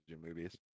movies